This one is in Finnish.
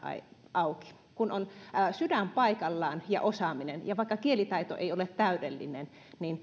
auki kun on sydän paikallaan ja osaaminen vaikka kielitaito ei ole täydellinen